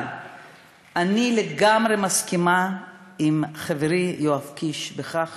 אבל אני לגמרי מסכימה עם חברי יואב קיש על כך